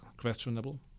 questionable